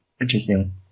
Interesting